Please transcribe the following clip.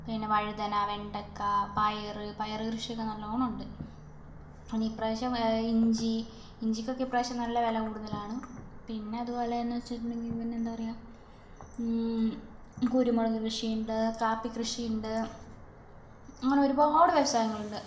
പിന്നെ വഴുതന വെണ്ടക്ക പയറ് പയറ് കൃഷി ഒക്കെ നല്ലോണം ഉണ്ട് പിന്നെ ഇപ്പ്രാവശ്യം ഇഞ്ചി ഇഞ്ചിക്കൊക്കെ ഇപ്പ്രാവശ്യം നല്ല വില കൂടുതലാണ് പിന്നെ അതുപോലെന്ന് വെച്ചിട്ടുണ്ടെങ്കിൽ പിന്ന എന്താ പറയാ കുരുമുളക് കൃഷി ഉണ്ട് കാപ്പി കൃഷി ഉണ്ട് അങ്ങനെ ഒരുപാട് വ്യവസായങ്ങളുണ്ട്